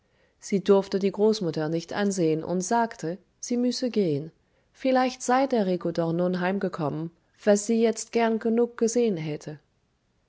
sie durfte die großmutter nicht ansehen und sagte sie müsse gehen vielleicht sei der rico doch nun heimgekommen was sie jetzt gern genug gesehen hätte